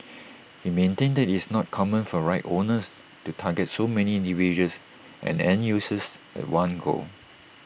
he maintained IT is not common for rights owners to target so many individuals and end users one go